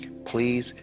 please